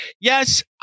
Yes